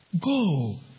Go